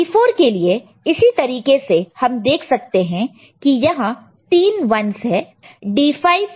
P4 के लिए इसी तरीके से हम देख सकते हैं कि यहां तीन 1's है